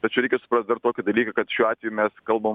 bet čia reikia suprast dar tokį dalyką kad šiuo atveju mes kalbam